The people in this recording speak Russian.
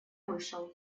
вышел